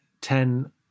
ten